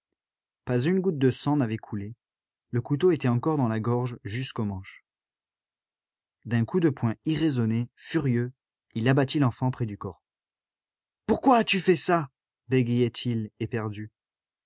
pas une goutte de sang n'avait coulé le couteau était encore dans la gorge jusqu'au manche d'un coup de poing irraisonné furieux il abattit l'enfant près du corps pourquoi as-tu fait ça bégayait il éperdu